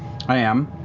i am.